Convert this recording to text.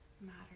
matter